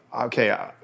okay